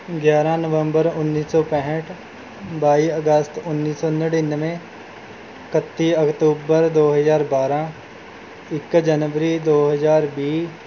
ਗਿਆਰ੍ਹਾਂ ਨਵੰਬਰ ਉੱਨੀ ਸੌ ਪੈਂਹਠ ਬਾਈ ਅਗਸਤ ਉੱਨੀ ਸੌ ਨੜਿਨਵੇਂ ਇਕੱਤੀ ਅਕਤੂਬਰ ਦੋ ਹਜ਼ਾਰ ਬਾਰ੍ਹਾਂ ਇੱਕ ਜਨਵਰੀ ਦੋ ਹਜ਼ਾਰ ਵੀਹ